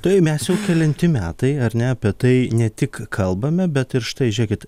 tai mes jau kelinti metai ar ne apie tai ne tik kalbame bet ir štai žiūrėkit